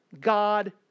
God